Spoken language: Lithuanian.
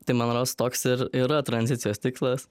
tai man rods toks ir yra tranzicijos tikslas